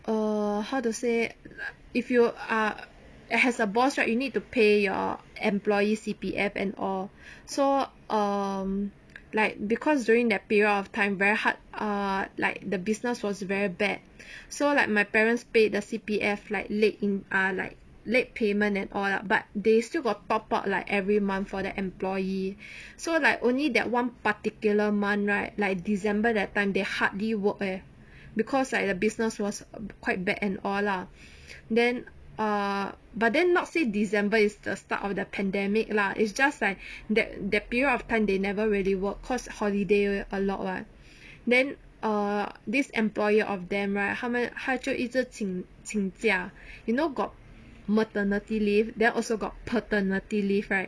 err how to say like if you ah as a boss right you need to pay your employee's C_P_F and all so um like because during that period of time very hard ah like the business was very bad so like my parents paid the C_P_F like late in ah like late payment at all lah but they still got top up like every month for the employee so like only that one particular month right like december that time they hardly work eh because like the business was quite bad and all lah then ah but then not say december is the start of the pandemic lah is just like that that period of time they never really work cause holiday a lot [what] then err this employee of them right 他们他就一直请请假 you know got maternity leave then also got paternity leave right